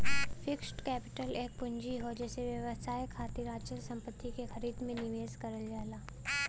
fixed capital एक पूंजी हौ जेसे व्यवसाय खातिर अचल संपत्ति क खरीद में निवेश करल जाला